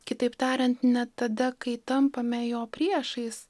kitaip tariant net tada kai tampame jo priešais